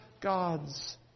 God's